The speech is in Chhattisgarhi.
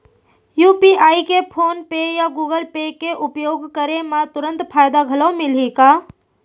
यू.पी.आई के फोन पे या गूगल पे के उपयोग करे म तुरंत फायदा घलो मिलही का?